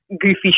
goofy